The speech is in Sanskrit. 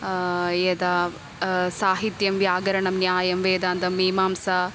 यदा साहित्यं व्याकरणं न्यायं वेदान्तं मीमांसा